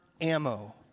ammo